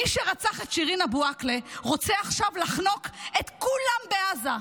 מי שרצח את שירין אבו עאקלה רוצה עכשיו לחנוק את כולם בעזה.